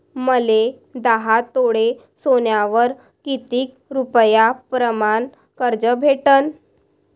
मले दहा तोळे सोन्यावर कितीक रुपया प्रमाण कर्ज भेटन?